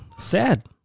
Sad